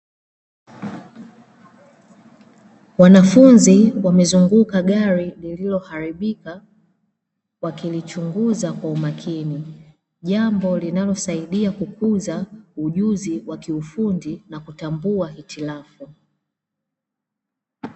Wanafunzi wamezunguka gari lililoharibika wakilichunguza kwa makini, jambo linalosaidia kukuza ujuzi wa kiufundi na kutambua hitilafu.